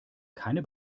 keine